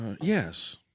yes